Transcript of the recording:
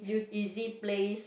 easy place